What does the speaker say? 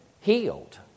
healed